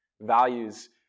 Values